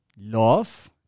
love